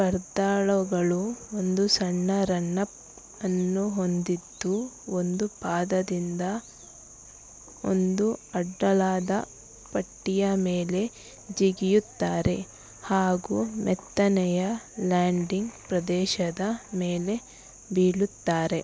ಸ್ಪರ್ಧಾಳುಗಳು ಒಂದು ಸಣ್ಣ run up ಅನ್ನು ಹೊಂದಿದ್ದು ಒಂದು ಪಾದದಿಂದ ಒಂದು ಅಡ್ಡಲಾದ ಪಟ್ಟಿಯ ಮೇಲೆ ಜಿಗಿಯುತ್ತಾರೆ ಹಾಗೂ ಮೆತ್ತನೆಯ ಲ್ಯಾಂಡಿಂಗ್ ಪ್ರದೇಶದ ಮೇಲೆ ಬೀಳುತ್ತಾರೆ